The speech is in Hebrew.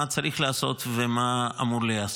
מה צריך לעשות ומה אמור להיעשות.